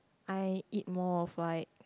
I eat more of like